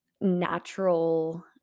natural